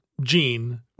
gene